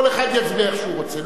כל אחד יצביע איך שהוא רוצה.